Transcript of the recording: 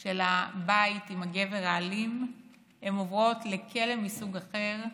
של הבית עם הגבר האלים הן עוברות לכלא מסוג אחר,